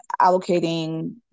allocating